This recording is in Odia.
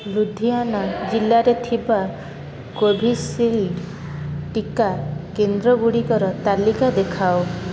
ଲୁଧିଆନା ଜିଲ୍ଲାରେ ଥିବା କୋଭିଶିଲ୍ଡ ଟିକା କେନ୍ଦ୍ରଗୁଡ଼ିକର ତାଲିକା ଦେଖାଅ